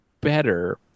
better